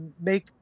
make